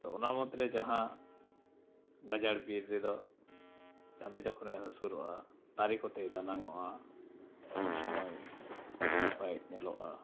ᱛᱚ ᱚᱱᱟ ᱢᱩᱫᱽᱨᱮ ᱡᱟᱦᱟᱸ ᱜᱟᱡᱟᱲ ᱵᱤᱨ ᱨᱮᱫᱚ ᱪᱟᱸᱫᱳ ᱡᱚᱠᱷᱚᱱᱮ ᱦᱟᱹᱥᱩᱨᱚᱜᱼᱟ ᱫᱟᱨᱮ ᱠᱚᱛᱮᱭ ᱫᱟᱱᱟᱝᱚᱜᱼᱟ ᱩᱱᱥᱚᱢᱚᱭ ᱟᱹᱰᱤ ᱱᱟᱯᱟᱭ ᱧᱮᱞᱚᱜᱼᱟ